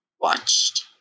watched